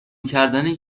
کردن